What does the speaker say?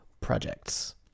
projects